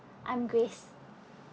I'm grace